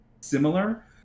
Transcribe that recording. similar